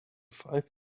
five